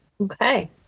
Okay